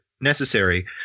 necessary